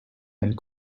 and